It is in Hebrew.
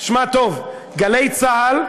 שמע טוב: "גלי צה"ל",